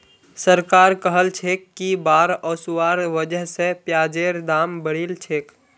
सरकार कहलछेक कि बाढ़ ओसवार वजह स प्याजेर दाम बढ़िलछेक